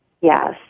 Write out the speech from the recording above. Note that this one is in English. Yes